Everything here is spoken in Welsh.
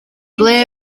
ble